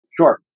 Sure